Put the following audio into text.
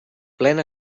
plena